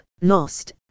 lost